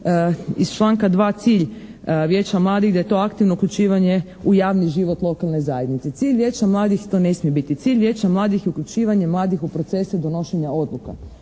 iz članka 2. cilj Vijeća mladih, da je to aktivno uključivanje u javni život lokalne zajednice. Cilj Vijeća mladih to ne smije biti. Cilj Vijeća mladih je uključivanje mladih u procese donošenja odluka.